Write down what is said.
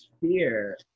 fear